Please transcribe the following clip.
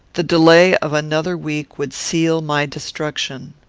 the delay of another week would seal my destruction.